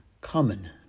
common